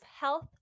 health